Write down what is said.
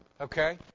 Okay